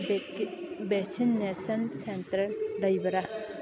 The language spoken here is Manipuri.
ꯚꯦꯛꯁꯤꯅꯦꯁꯟ ꯁꯦꯟꯇꯔ ꯂꯩꯕ꯭ꯔ